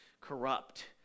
corrupt